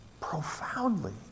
profoundly